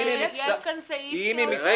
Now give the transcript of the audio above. יש כאן סעיף שאומר --- רגע,